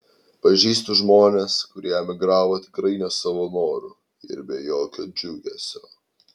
pažįstu žmones kurie emigravo tikrai ne savo noru ir be jokio džiugesio